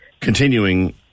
continuing